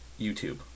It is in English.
YouTube